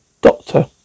Doctor